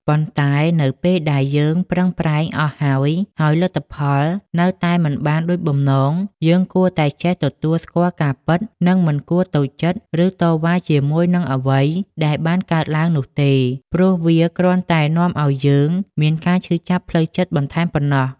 ប៉ុន្តែនៅពេលដែលយើងបានប្រឹងប្រែងអស់ហើយ ហើយលទ្ធផលនៅតែមិនបានដូចបំណង យើងគួរតែចេះទទួលស្គាល់ការពិត និងមិនគួរតូចចិត្ត ឬតវ៉ាជាមួយនឹងអ្វីដែលបានកើតឡើងនោះទេ ព្រោះវាគ្រាន់តែនាំឱ្យយើងមានការឈឺចាប់ផ្លូវចិត្តបន្ថែមប៉ុណ្ណោះ។